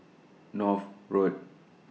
North Road